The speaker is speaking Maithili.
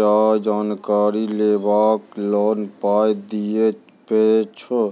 या जानकारी लेबाक लेल पाय दिये पड़ै छै?